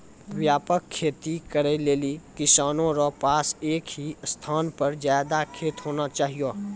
व्यापक खेती करै लेली किसानो रो पास एक ही स्थान पर ज्यादा खेत होना चाहियो